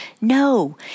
No